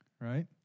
Right